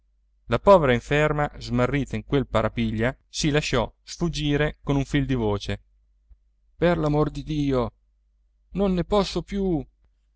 la povera inferma smarrita in quel parapiglia si lasciò sfuggire con un filo di voce per l'amor di dio non ne posso più